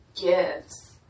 gives